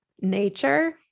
Nature